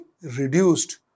reduced